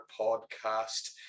Podcast